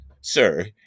sir